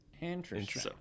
Interesting